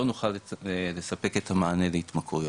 לא נוכל לספק את המענה להתמכרויות.